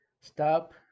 stop